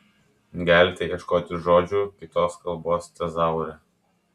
galite ieškoti žodžių kitos kalbos tezaure